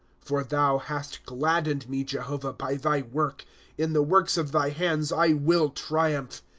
for thou hast gladdened me, jehovah, by thy work in the works of thy hands i will triumph.